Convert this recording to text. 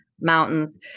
mountains